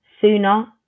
sooner